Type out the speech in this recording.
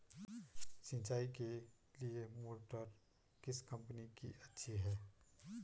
सिंचाई के लिए मोटर किस कंपनी की अच्छी है?